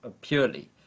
purely